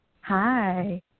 Hi